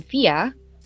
Fia